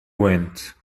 went